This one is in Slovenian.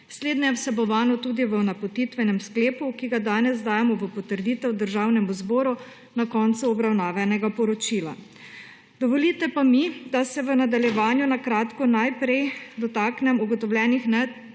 Slednje je vsebovano tudi v napotitvenem sklepu, ki ga danes dajemo v potrditev Državnemu zboru na koncu obravnavanega poročila. Dovolite pa mi, da se v nadaljevanju na kratko najprej dotaknem ugotovljenih